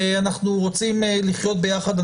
ואנחנו רוצים לחיות ביחד,